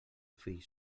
fill